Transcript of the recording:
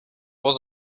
was